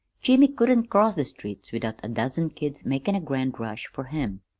jimmy couldn't cross the street without a dozen kids makin' a grand rush fer him.